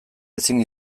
ezin